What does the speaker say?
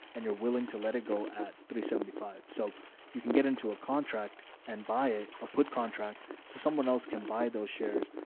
and you're willing to let it go at three seventy five. so you can get into a contract and buy it. i'll ah put contract. so someone else can buy those shares.